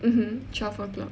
mmhmm twelve o'clock